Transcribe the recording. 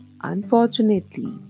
Unfortunately